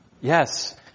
Yes